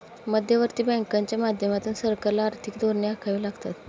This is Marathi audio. मध्यवर्ती बँकांच्या माध्यमातून सरकारला आर्थिक धोरणे आखावी लागतात